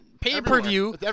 pay-per-view